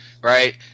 Right